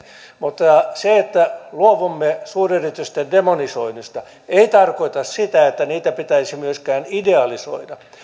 mutta se että luovumme suuryritysten demonisoinnista ei tarkoita sitä että niitä pitäisi myöskään idealisoida